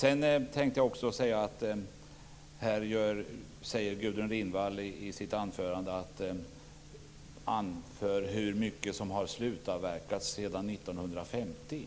Gudrun Lindvall hänvisar i sitt anförande också till hur mycket som har slutavverkats sedan 1950.